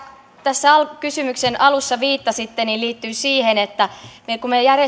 tässä kysymyksen alussa viittasitte liittyy siihen että kun